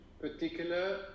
particular